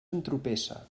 entropessa